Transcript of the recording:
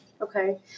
Okay